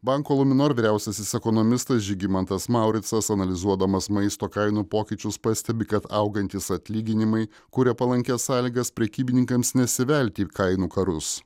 banko luminor vyriausiasis ekonomistas žygimantas mauricas analizuodamas maisto kainų pokyčius pastebi kad augantys atlyginimai kuria palankias sąlygas prekybininkams nesivelti į kainų karus